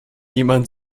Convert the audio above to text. jemand